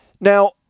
Now